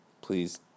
please